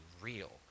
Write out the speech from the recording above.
real